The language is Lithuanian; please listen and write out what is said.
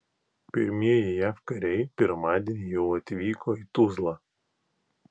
pirmieji jav kariai pirmadienį jau atvyko į tuzlą